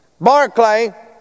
Barclay